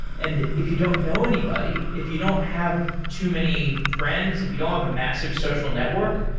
and if you don't know anybody, if you don't have too many friends, if you don't have a massive social network,